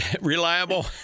reliable